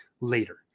later